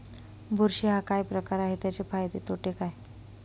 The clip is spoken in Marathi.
बुरशी हा काय प्रकार आहे, त्याचे फायदे तोटे काय?